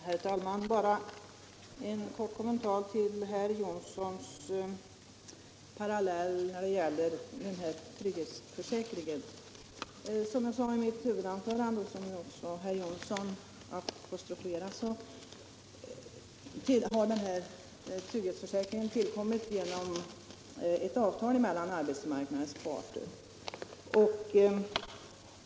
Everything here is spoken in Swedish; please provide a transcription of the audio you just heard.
Herr talman! En kort kommentar till herr Jonssons i Alingsås parallell när det gäller trygghetsförsäkringen. Som jag sade i mitt huvudanförande har trygghetsförsäkringen tillkommit genom ett avtal mellan arbetsmarknadens parter.